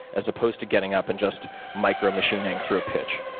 as opposed to getting up and just micro-machining through a pitch.